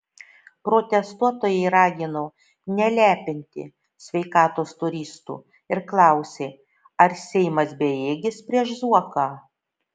protestuotojai ragino nelepinti sveikatos turistų ir klausė ar seimas bejėgis prieš zuoką